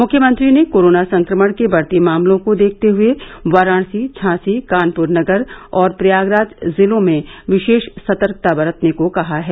मुख्यमंत्री ने कोरोना संक्रमण के बढ़ते मामलों को देखते हए वाराणसी झांसी कानपुर नगर और प्रयागराज जिलों में विशेष बरतने को कहा है